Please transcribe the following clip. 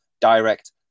Direct